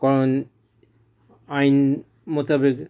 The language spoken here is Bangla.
কোনো আইন মতভেদে